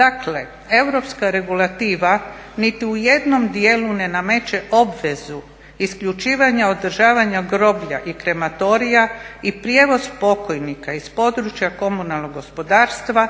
Dakle, europska regulativa niti u jednom dijelu ne nameće obvezu isključivanja, održavanja groblja i krematorija i prijevoz pokojnika iz područja komunalnog gospodarstva